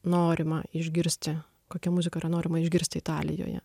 norima išgirsti kokia muzika yra norima išgirsti italijoje